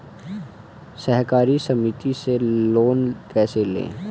सहकारी समिति से लोन कैसे लें?